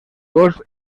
cos